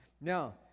Now